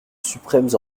suprêmes